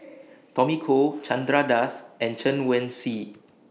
Tommy Koh Chandra Das and Chen Wen Hsi